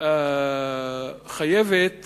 חייבת